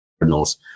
Cardinals